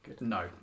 No